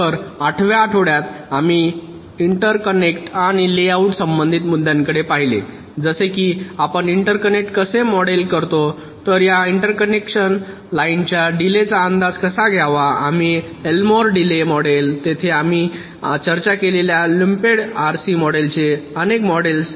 तर आठव्या आठवड्यात आम्ही इंटरकनेक्टआणि लेआउट संबंधित मुद्द्यांकडे पाहिले जसे की आपण इंटरकनेक्ट कसे मॉडेल करतो तर या इंटरकनेक्शन लाइनच्या डिलेय चा अंदाज कसा घ्यावा म्हणून एल्मोर डिलेय मॉडेल तेथे आम्ही चर्चा केलेल्या लुम्पेडं आरसी मॉडेल्सचे अनेक मॉडेलस